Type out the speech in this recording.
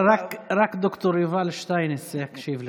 רק ד"ר יובל שטייניץ יקשיב לך,